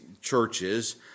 churches